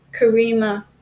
Karima